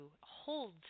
hold